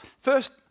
first